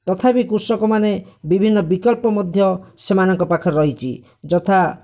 ତଥାପି କୃଷକମାନେ ବିଭିନ୍ନ ବିକଳ୍ପ ମଧ୍ୟ ସେମାନଙ୍କ ପାଖରେ ରହିଛି ଯଥା